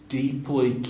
deeply